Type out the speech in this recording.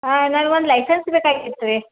ಹಾಂ ನನ್ಗೊಂದು ಲೈಸೆನ್ಸ್ ಬೇಕಾಗಿತ್ತು ರೀ